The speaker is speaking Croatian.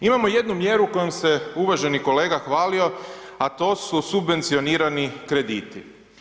Imamo jednu mjeru kojom se uvaženi kolega hvalio, a to su subvencionirani krediti.